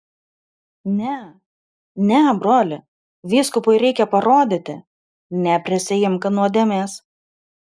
ne ne broli vyskupui reikia parodyti neprisiimk nuodėmės